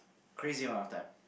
crazy amount of time